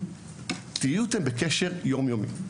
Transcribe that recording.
זה להיות איתם בקשר יום יומי,